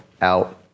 Out